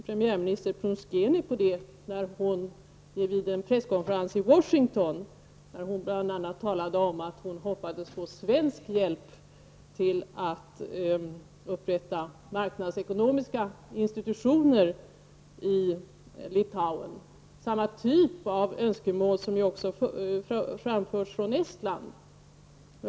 Premiärminister Prunskiene pekade på just detta vid en presskonferens i Washington. Hon talade bl.a. om att hon hoppades på svensk hjälp för att upprätta marknadsekonomiska institutioner i Litauen. Samma typ av önskemål har också framförts från Estland.